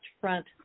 front